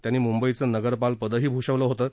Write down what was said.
त्यांनी म्ंबईचं नगरपाल पदही भूषवलं होतं